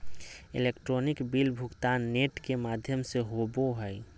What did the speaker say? electronic bill भुगतान net के माघ्यम से होवो हइ